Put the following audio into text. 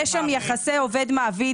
לא סתם הרבה עיריות אני עבדתי פעם בעירייה,